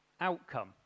outcome